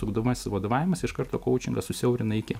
ugdomasis vadovavimas iš karto kaučingą susiaurina iki